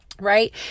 right